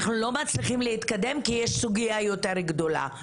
אנחנו לא מצליחים להתקדם כי יש סוגייה יותר גדולה.